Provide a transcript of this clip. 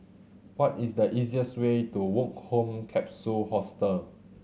what is the easiest way to Woke Home Capsule Hostel